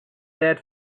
that